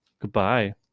goodbye